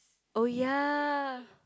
oh ya